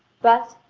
but,